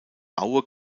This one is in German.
aue